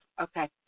Okay